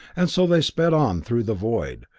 and so they sped on through the void,